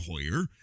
Hoyer